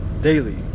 daily